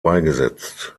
beigesetzt